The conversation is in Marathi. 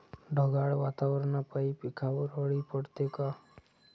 ढगाळ वातावरनापाई पिकावर अळी पडते का?